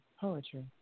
poetry